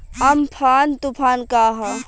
Amphan तुफान का ह?